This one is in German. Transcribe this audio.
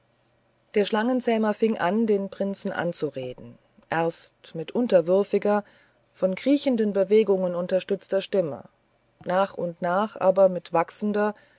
der schlangenzähmer fing an den prinzen anzureden erst mit unterwürfiger von kriechenden bewegungen unterstützter stimme nach und nach aber mit wachsender